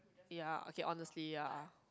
ya okay honestly ya